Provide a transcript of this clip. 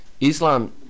Islam